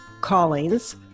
Callings